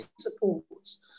supports